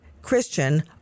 Christian